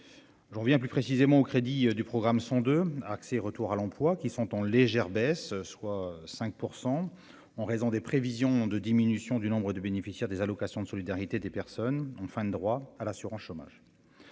reviens plus précisément au Crédit du programme sont 2 accès, retour à l'emploi qui sont en légère baisse, soit 5 % en raison des prévisions de diminution du nombre de bénéficiaires des allocations de solidarité des personnes en fin de droits à l'assurance chômage